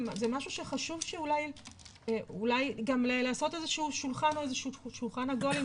זה משהו שחשוב שאולי גם לעשות איזשהו שולחן עגול עם